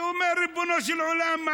שאומר: ריבונו של עולם,